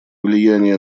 влияние